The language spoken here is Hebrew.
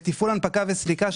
בתפעול הנפקה וסריקה,